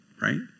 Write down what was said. right